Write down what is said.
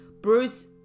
Bruce